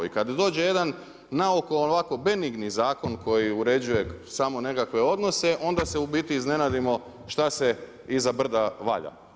I kad dođe jedan naoko ovako benigni zakon koji uređuje samo nekakve odnose onda se u biti iznenadimo šta se iza brda valja.